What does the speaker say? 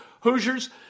Hoosiers